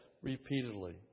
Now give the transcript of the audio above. repeatedly